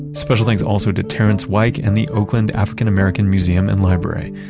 special thanks also to terrance wyke and the oakland african-american museum and library.